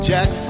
Jack